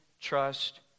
trust